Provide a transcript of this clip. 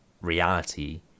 reality